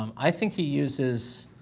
um i think, he uses,